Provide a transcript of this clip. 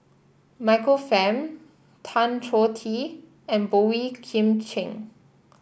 Michael Fam Tan Choh Tee and Boey Kim Cheng